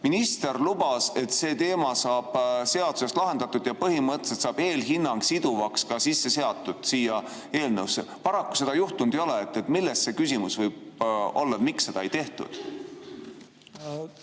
Minister lubas, et see teema saab seaduses lahendatud ja põhimõtteliselt saab eelhinnang siduvaks ja siia eelnõusse sisse kirjutatud. Paraku seda juhtunud ei ole. Milles küsimus võib olla, miks seda ei tehtud?